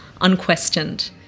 unquestioned